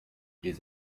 ils